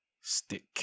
stick